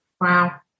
Wow